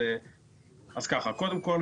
קודם כול,